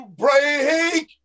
break